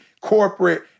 corporate